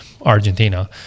Argentina